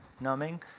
numbing